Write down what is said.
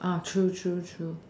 true true true